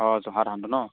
অঁ জহাধানটো ন